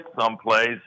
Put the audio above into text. someplace